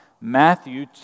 Matthew